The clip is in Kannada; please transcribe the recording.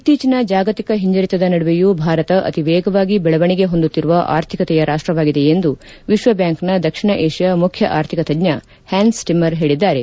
ಇತ್ತೀಚಿನ ಜಾಗತಿಕ ಹಿಂಜರಿತದ ನಡುವೆಯೂ ಭಾರತ ಅತಿವೇಗವಾಗಿ ಬೆಳವಣಿಗೆ ಹೊಂದುತ್ತಿರುವ ಆರ್ಥಿಕತೆಯ ರಾಪ್ಟವಾಗಿದೆ ಎಂದು ವಿಶ್ವಬ್ಕಾಂಕ್ನ ದಕ್ಷಿಣ ಏಷ್ಯಾ ಮುಖ್ಯ ಆರ್ಥಿಕ ತಜ್ಞ ಹ್ಯಾನ್ಸ್ ಟಮ್ಮರ್ ಹೇಳಿದ್ದಾರೆ